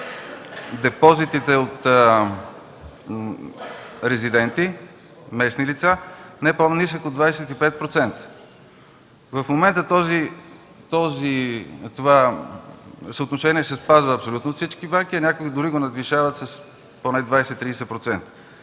депозитите от резиденти, местни лица, не по-нисък от 25%. В момента това съотношение се спазва от абсолютно всички банки, а някои дори го надвишават с поне 20-30%.